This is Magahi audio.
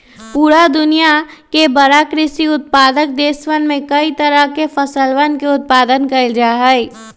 पूरा दुनिया के बड़ा कृषि उत्पादक देशवन में कई तरह के फसलवन के उत्पादन कइल जाहई